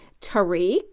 Tariq